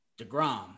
Degrom